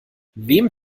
wem